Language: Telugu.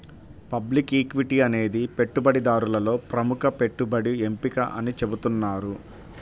పబ్లిక్ ఈక్విటీ అనేది పెట్టుబడిదారులలో ప్రముఖ పెట్టుబడి ఎంపిక అని చెబుతున్నారు